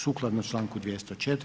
Sukladno Članku 204.